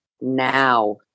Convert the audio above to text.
now